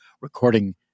recording